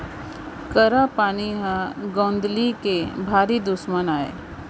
करा पानी ह गौंदली के भारी दुस्मन अय